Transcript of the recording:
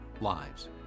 lives